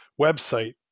website